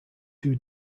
two